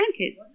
grandkids